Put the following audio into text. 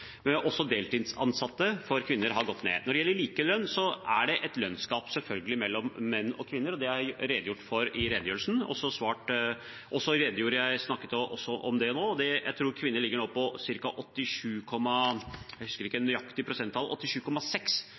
deltidsansatte blant kvinner har også gått ned. Når det gjelder likelønn, er det selvfølgelig et lønnsgap mellom menn og kvinner, og det har jeg redegjort for i redegjørelsen og også snakket om nå. Jeg